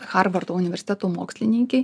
harvardo universiteto mokslininkei